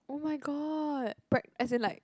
oh my god preg~ as in like